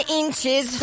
inches